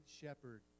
shepherd